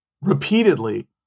repeatedly